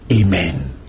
Amen